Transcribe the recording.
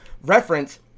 reference